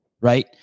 Right